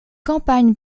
campagne